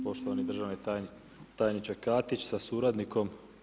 Poštovani državni tajniče Katić sa suradnikom.